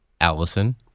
Allison